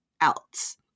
else